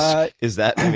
ah is that